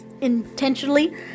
intentionally